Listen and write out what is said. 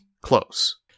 close